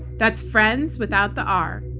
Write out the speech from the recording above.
that's friends without the r,